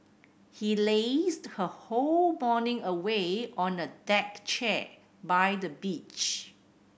he lazed her whole morning away on a deck chair by the beach